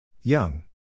Young